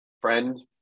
friend